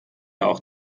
auch